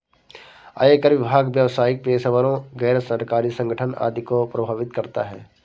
आयकर विभाग व्यावसायिक पेशेवरों, गैर सरकारी संगठन आदि को प्रभावित करता है